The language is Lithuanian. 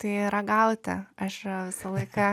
tai ragauti aš visą laiką